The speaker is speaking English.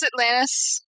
Atlantis